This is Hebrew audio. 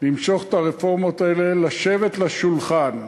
למשוך את הרפורמות האלה, לשבת לשולחן,